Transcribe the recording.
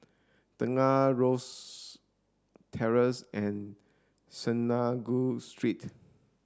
Tengah Rosyth Terrace and Synagogue Street